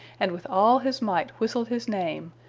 and with all his might whistled his name,